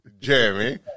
jamie